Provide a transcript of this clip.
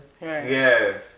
Yes